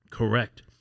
Correct